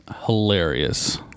hilarious